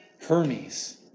Hermes